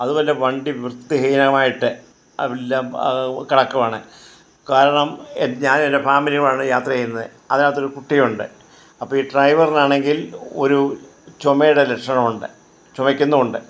അതുപോലെ വണ്ടി വൃത്തിഹീനമായിട്ട് അത് എല്ലാം കിടക്കുവാണ് കാരണം ഞാനും എൻ്റെ ഫാമിലിയുമാണ് യാത്ര ചെയ്യുന്നത് അതിനകത്തൊരു കുട്ടിയുണ്ട് അപ്പം ഈ ഡ്രൈവറിനാണെങ്കിൽ ഒരു ചുമയുടെ ലക്ഷണം ഉണ്ട് ചുമക്കുന്നുമുണ്ട്